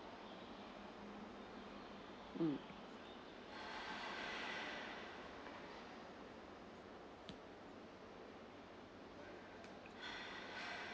mm